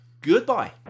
Goodbye